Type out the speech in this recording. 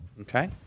Okay